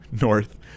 north